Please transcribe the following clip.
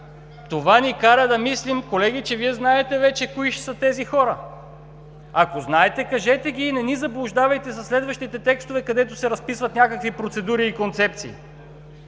Това ни кара да мислим, колеги, че Вие знаете вече кои ще са тези хора. Ако знаете, кажете ги, и не ни заблуждавайте със следващите текстове, където се разписват някакви процедури и концепции.